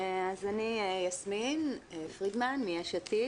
אני יסמין פרידמן מיש עתיד,